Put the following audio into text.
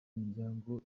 imiryango